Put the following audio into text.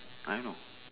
I know